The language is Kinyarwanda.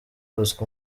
bosco